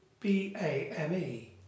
BAME